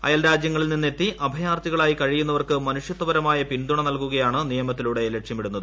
അയൽരാജ്യങ്ങളിൽ നിന്ന് എത്തി അഭയാർത്ഥികളായി കഴിയുന്നവർക്ക് മനുഷ്യത്വപരമായ പിന്തുണ നൽകുകയാണ് നിയമത്തിലൂടെ ലക്ഷ്യമിടുന്നത്